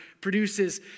produces